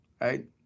right